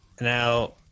Now